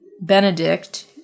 benedict